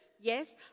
Yes